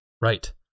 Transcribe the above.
right